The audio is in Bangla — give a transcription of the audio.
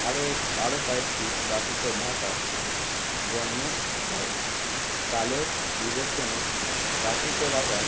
আরও এক আরও কয়েকটি প্রাকৃত ভাষা জন্ম হয় কালের বিবর্তনে প্রাকৃত ভাষার